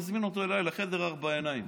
מזמין אותו אליי לחדר בארבע עיניים,